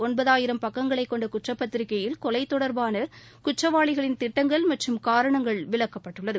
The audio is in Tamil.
ஒன்பதாயிரம் பக்கங்களைக் கொண்ட குற்றப்பத்திரிகையில் கொலை தொடர்பான குற்றவாளிகளின் திட்டங்கள் மற்றும் காரணங்கள் விளக்கப்பட்டுள்ளது